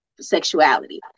sexuality